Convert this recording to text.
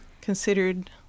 considered